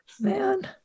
Man